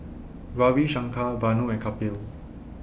Ravi Shankar Vanu and Kapil